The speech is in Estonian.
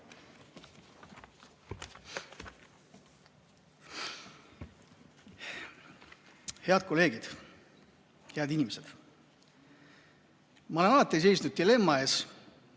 Head kolleegid! Head inimesed! Ma olen alati seisnud dilemma